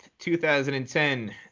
2010